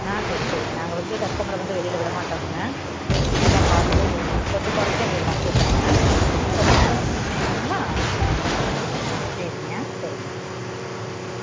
ஆ சரி சரிங்க நாங்கள் வந்து கஸ்டமரை வந்து வெளியில் விடமாட்டோங்க நல்லா பார்த்து கொஞ்சம் கொறச்சு உங்களுக்கு நான் கூப்பிட்றங்க ஒரு பத்து நிமிஷத்தில் கூப்புடட்டுங்களா ஆ சரிங்க சரிங்க